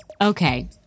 Okay